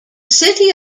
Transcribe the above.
city